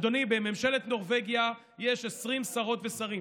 אדוני, בממשלת נורבגיה יש 20 שרות ושרים